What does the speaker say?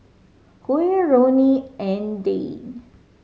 Huy Roni and Dayne